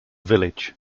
village